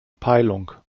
peilung